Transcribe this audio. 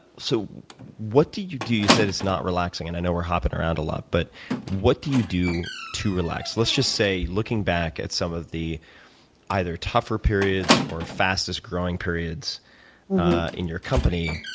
so what do you do? you said it's not relaxing and i know we're hopping around a lot but what do you do to relax? let's just say, looking back at some of the either rougher periods or fastest growing periods in your company,